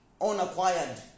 unacquired